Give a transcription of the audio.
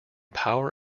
power